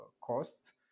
costs